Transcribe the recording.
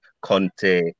Conte